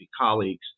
colleagues